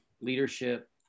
leadership